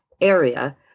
area